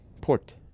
port –